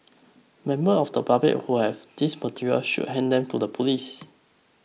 members of the public who have these materials should hand them to the police